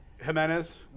Jimenez